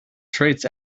traits